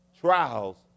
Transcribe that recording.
trials